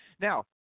Now